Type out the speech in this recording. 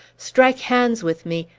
strike hands with me,